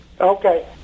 Okay